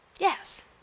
Yes